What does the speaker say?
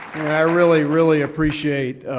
i really, really appreciate